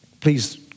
please